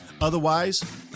Otherwise